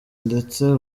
ndetse